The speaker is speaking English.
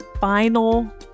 final